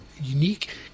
unique